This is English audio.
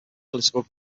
political